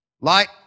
Light